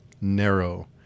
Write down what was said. narrow